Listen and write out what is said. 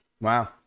wow